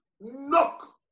Knock